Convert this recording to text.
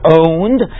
owned